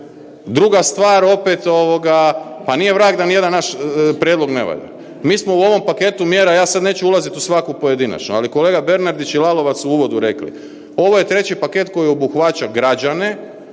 Druga stvar opet, pa nije vrag da nijedan naš prijedlog ne valja. Mi smo u ovom paketu mjera, ja sad neću ulaziti u svaku pojedinačnu, ali kolega Bernardić i Lalovac su u uvodu rekli, ovo je treći paket koji obuhvaća građane,